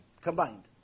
combined